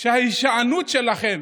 או שההישענות שלכם